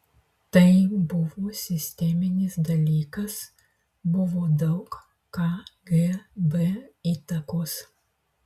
tai buvo sisteminis dalykas buvo daug kgb įtakos